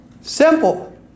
Simple